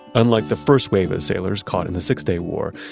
unlike the first wave of sailors caught in the six-day war,